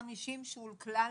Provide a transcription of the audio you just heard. של כלל